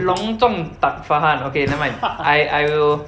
long zong tak tahan okay nevermind I I will